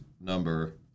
number